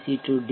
C D